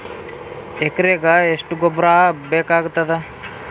ಎಕರೆಗ ಎಷ್ಟು ಗೊಬ್ಬರ ಬೇಕಾಗತಾದ?